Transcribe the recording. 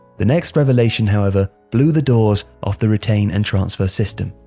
the next revelation, however, blew the doors off the retain and transfer system,